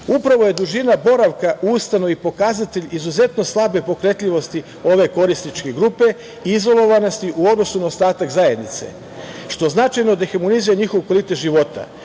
sebi. Upravo je dužina boravka u ustanovi pokazatelj izuzetno slabe pokretljivosti ove korisničke grupe izolovanosti u odnosu na ostatak zajednice, što značajno dehumanizuje njihov kvalitet života.